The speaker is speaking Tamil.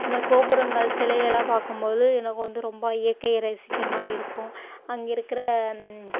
இந்த கோபுரங்கள் சிலையெல்லாம் பார்க்கும்போது எனக்கு வந்து ரொம்ப இயற்கையை ரசிக்கிற மாதிரி இருக்கும் அங்கே இருக்கிற